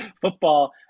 football